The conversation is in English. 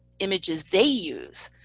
images they use.